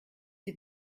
die